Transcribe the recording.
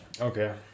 Okay